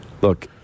look